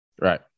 Right